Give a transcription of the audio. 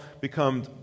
become